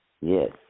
Yes